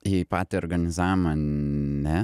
į patį organizavimą ne